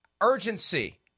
urgency